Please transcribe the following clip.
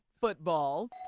Football